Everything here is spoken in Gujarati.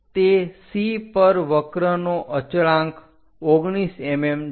તે C પર વક્રનો અચળાંક 19 mm છે